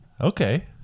Okay